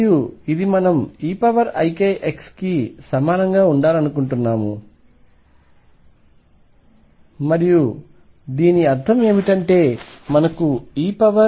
మరియు ఇది మనం eikx కి సమానంగా ఉండాలనుకుంటున్నాము మరియు దీని అర్థం ఏమిటంటే మనకు eikL1ఉంది